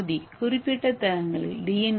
இந்த நொதி குறிப்பிட்ட தளங்களில் டி